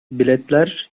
biletler